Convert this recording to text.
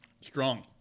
strong